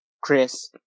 Chris